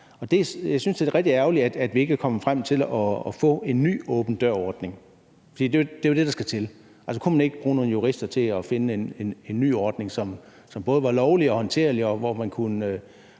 jeg synes da, det er rigtig ærgerligt, at vi ikke er kommet frem til at få en ny åben dør-ordning, for det er jo det, der skal til. Altså, kunne man ikke bruge nogle jurister til at finde en ny ordning, som både var lovlig og håndterlig, og hvor man kunne